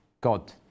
God